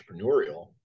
entrepreneurial